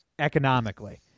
economically